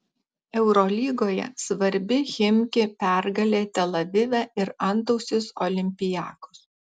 eurolygoje svarbi chimki pergalė tel avive ir antausis olympiakos